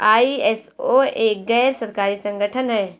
ISO एक गैर सरकारी संगठन है